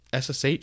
SSH